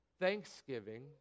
Thanksgiving